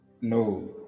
No